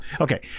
okay